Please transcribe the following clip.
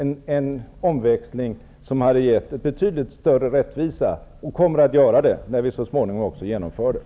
Den omfördelningen skulle ha gett betydligt större rättvisa, och den kommer att göra det när vi så småningom genomför reformen.